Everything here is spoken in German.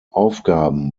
aufgaben